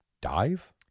Dive